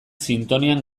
sintonian